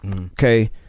okay